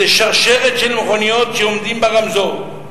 לשרשרת של מכוניות שעומדות ברמזור.